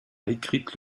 écrite